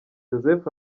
joseph